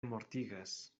mortigas